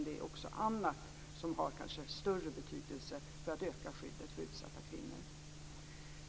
Det är också annat som kanske har större betydelse för att öka skyddet för utsatta kvinnor.